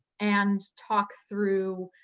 and talk through